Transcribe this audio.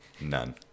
None